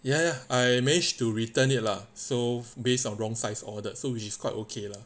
ya ya I manage to return it lah so based on wrong size ordered so which is quite okay lah